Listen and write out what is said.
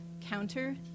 counter